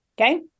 Okay